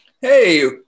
hey